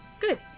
Good